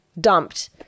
dumped